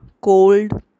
cold